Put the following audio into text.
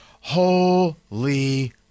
holy